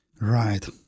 Right